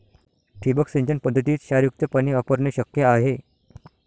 ठिबक सिंचन पद्धतीत क्षारयुक्त पाणी वापरणे शक्य आहे